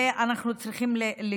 ואנחנו צריכים לדאוג.